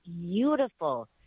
beautiful